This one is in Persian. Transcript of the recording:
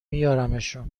میارمشون